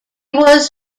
was